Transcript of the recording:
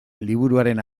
liburuaren